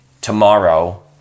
tomorrow